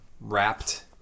wrapped